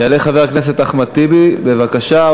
יעלה חבר הכנסת אחמד טיבי, בבקשה.